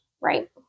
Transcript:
Right